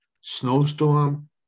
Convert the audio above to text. snowstorm